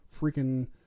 freaking